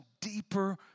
deeper